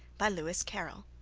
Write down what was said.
by lewis carroll